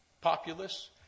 populace